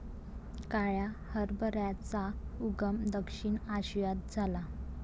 काळ्या हरभऱ्याचा उगम दक्षिण आशियात झाला